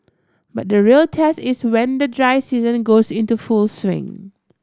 but the real test is when the dry season goes into full swing